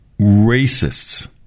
racists